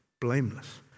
blameless